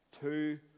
Two